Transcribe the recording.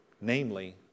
namely